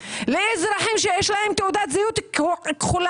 לאזרחים שיש להם תעודת זהות כחולה,